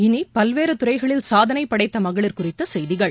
இனி பல்வேறுதுறைகளில் சாதனைபடைத்தமகளிர் குறித்தசெய்திகள்